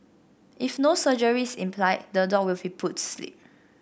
if no surgery is implied the dog will be put sleep